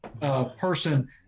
person